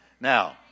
Now